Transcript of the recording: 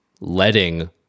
letting